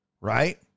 right